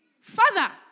Father